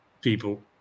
people